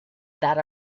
that